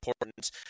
important